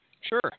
Sure